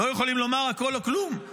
לא יכולים לומר הכול או כלום גם עכשיו,